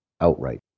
outright